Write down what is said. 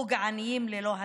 ופוגעניים ללא הצדקה".